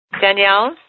Danielle